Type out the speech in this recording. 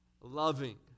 Loving